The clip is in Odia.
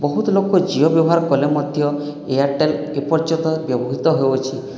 ବହୁତ୍ ଲୋକ ଜିଓ ବ୍ୟବହାର କଲେ ମଧ୍ୟ ଏୟାରଟେଲ୍ ଏପର୍ଯ୍ୟନ୍ତ ବ୍ୟବହୃତ ହେଉଛି